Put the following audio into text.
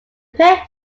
pair